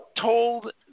told